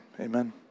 amen